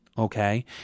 Okay